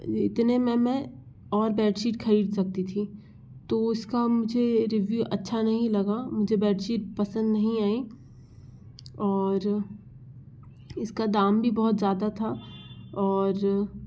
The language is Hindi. इतने में मैं और बैडसीट खरीद सकती थी तो इसका मुझे रीव्यु अच्छा नहीं लगा मुझे बैडसीट पसंद नहीं आई और इसका दाम भी बहुत ज़्यादा था और